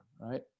right